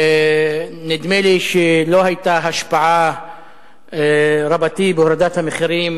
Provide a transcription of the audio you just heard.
נדמה לי שלא היתה השפעה רבתי בהורדת המחירים